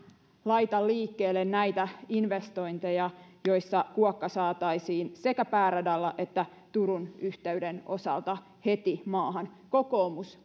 laita liikkeelle näitä investointeja joissa kuokka saataisiin sekä pääradalla että turun yhteyden osalta heti maahan kokoomus